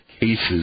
cases